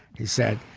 he said,